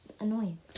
annoying